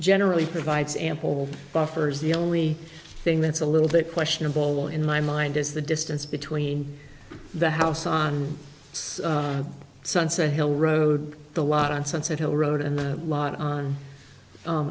generally provides ample buffer is the only thing that's a little that questionable in my mind is the distance between the house on sunset hill road the lot on sunset hill road and lot on